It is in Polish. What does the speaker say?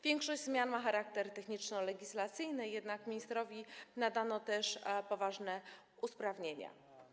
Większość zmian ma charakter techniczno-legislacyjny, jednak ministrowi nadano też poważne uprawnienia.